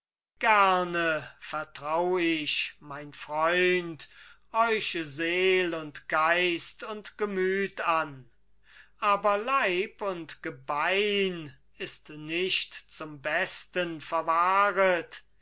gerne vertrau ich mein freund euch seel und geist und gemüt an aber leib und gebein ist nicht zum besten verwahret